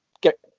get